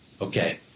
Okay